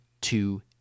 two